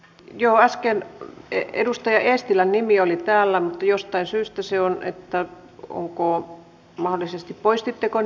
joo äsken edustaja eestilä nimi oli täällä jostain syystä se on että onko laillisesti poistettakoon